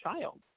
child